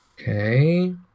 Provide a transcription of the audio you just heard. Okay